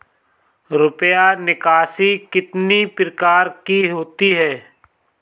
रुपया निकासी कितनी प्रकार की होती है?